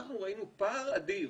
אנחנו ראינו פער אדיר